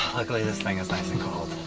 luckily this thing is nice and cold.